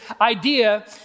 idea